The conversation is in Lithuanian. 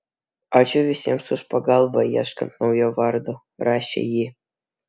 ačiū visiems už pagalbą ieškant naujo vardo rašė ji